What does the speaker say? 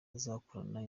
azakorana